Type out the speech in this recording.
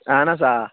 اَہَن حظ آ